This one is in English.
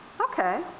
Okay